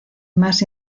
más